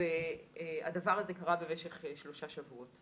הדבר הזה קרה במשך שלושה שבועות.